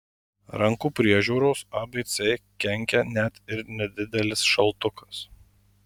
rankų priežiūros abc kenkia net ir nedidelis šaltukas